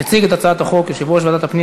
יציג את הצעת החוק יושב-ראש ועדת הפנים